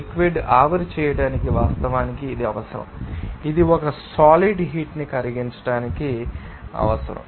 liquid ాన్ని ఆవిరి చేయడానికి వాస్తవానికి ఇది అవసరం ఇది ఒక సాలిడ్ హీట్ ని కరిగించడానికి అవసరమైన సాలిడ్ మెటీరియల్ కరిగించడానికి అవసరం